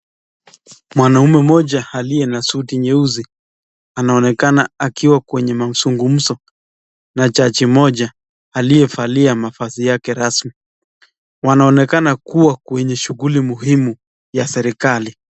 Mwanaume mmoja aliye na suti nyeusi anaonekana akiwa kwenye mazungumuzo na jaji moja aliyevalia mavazi yake rasmi wanaonekana kuwa kwenye shuguli muhimu ya serikali.